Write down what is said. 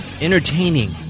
entertaining